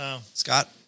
Scott